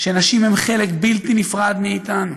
שנשים הן חלק בלתי נפרד מאיתנו,